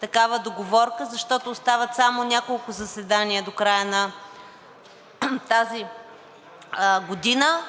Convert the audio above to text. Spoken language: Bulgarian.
такава договорка, защото остават само няколко заседания до края на тази година,